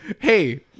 hey